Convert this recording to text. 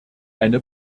eine